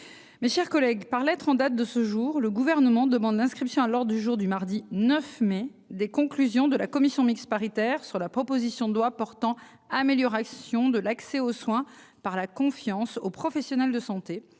Mes chers collègues par lettre en date de ce jour, le gouvernement demande d'inscription lors du jour du mardi 9 mai des conclusions de la commission mixte paritaire sur la proposition de loi portant amélioration de l'accès aux soins par la confiance aux professionnels de santé,